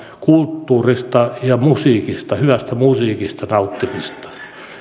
kulttuurista ja hyvästä musiikista nauttimista